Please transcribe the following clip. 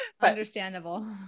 Understandable